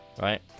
right